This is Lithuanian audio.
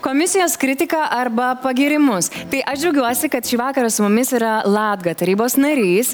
komisijos kritiką arba pagyrimus tai aš džiaugiuosi kad šį vakarą su mumis yra latga tarybos narys